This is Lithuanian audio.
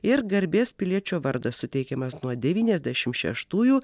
ir garbės piliečio vardas suteikiamas nuo devyniasdešimt šeštųjų